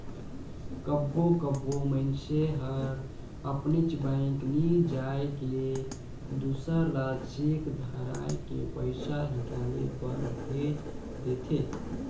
कभों कभों मइनसे हर अपनेच बेंक नी जाए के दूसर ल चेक धराए के पइसा हिंकाले बर भेज देथे